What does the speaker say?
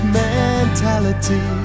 mentality